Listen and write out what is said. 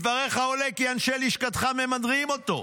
מדבריך עולה כי אנשי לשכתך ממדרים אותו.